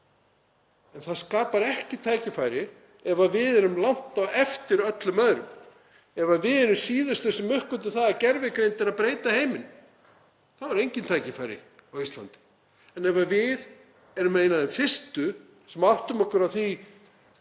en það skapar ekki tækifæri ef við erum langt á eftir öllum öðrum. Ef við erum þau síðustu sem uppgötvum að gervigreind er að breyta heiminum þá eru engin tækifæri á Íslandi en ef við erum ein af þeim fyrstu sem áttum okkur á því